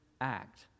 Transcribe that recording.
act